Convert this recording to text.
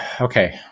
okay